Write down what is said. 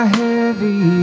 heavy